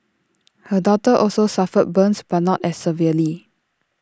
her daughter also suffered burns but not as severely